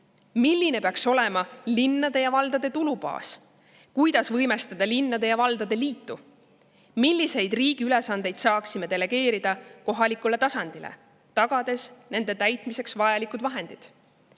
Milline peaks olema linnade ja valdade tulubaas? Kuidas võimestada linnade ja valdade liitu? Milliseid riigi ülesandeid saaksime delegeerida kohalikule tasandile, tagades nende täitmiseks vajalikud vahendid?